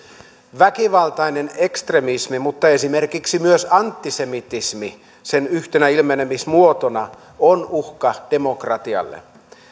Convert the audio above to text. väkivaltainen ekstremismi mutta esimerkiksi myös antisemitismi sen yhtenä ilmenemismuotona on uhka demokratialle